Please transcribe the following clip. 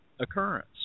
Occurrence